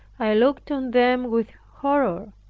i looked on them with horror,